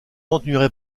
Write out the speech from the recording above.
ennuierai